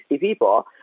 people